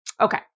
Okay